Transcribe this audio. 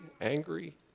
angry